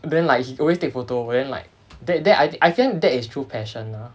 then like he always take photo but then like th~ that I think that is true passion ah